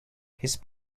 his